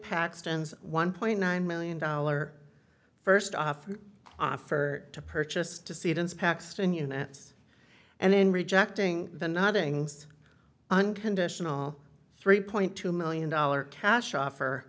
paxton's one point nine million dollar first off offer to purchase to seat ins paxton units and in rejecting the noddings unconditional three point two million dollars cash offer